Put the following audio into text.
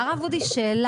הבנתי.